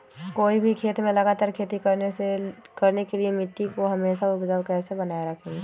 कोई भी खेत में लगातार खेती करने के लिए मिट्टी को हमेसा उपजाऊ कैसे बनाय रखेंगे?